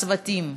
והצוותים,